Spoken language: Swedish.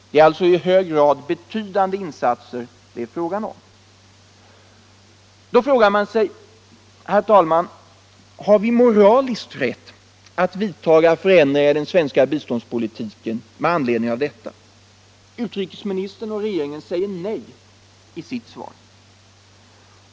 Det är alltså fråga om betydande insatser. Då frågar man sig, herr talman: Har vi moralisk rätt att vidta förändringar i den svenska biståndspolitiken med anledning av detta? Utrikesministern säger nej i sitt svar.